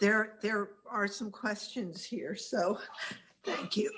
there there are some questions here so thank you